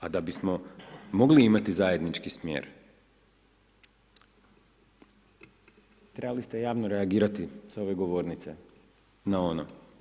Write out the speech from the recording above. A da bismo mogli imati zajednički smjer, trebali ste javno reagirati sa ove govornice na ono.